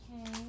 Okay